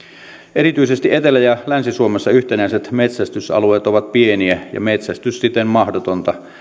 erityisesti etelä ja länsi suomessa yhtenäiset metsästysalueet ovat pieniä ja metsästys siten mahdotonta